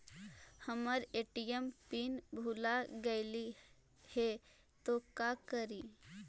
हमर ATM PIN भूला गेली हे, तो का करि?